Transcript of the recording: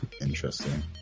Interesting